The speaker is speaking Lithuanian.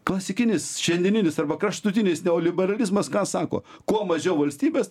klasikinis šiandieninis arba kraštutinis neoliberalizmas ką sako kuo mažiau valstybės